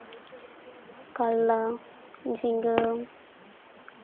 ᱠᱟᱞᱞᱟ ᱡᱷᱤᱸᱜᱟᱹ